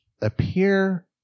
appear